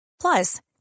Plus